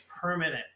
permanent